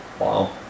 Wow